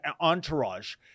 entourage